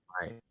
Right